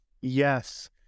Yes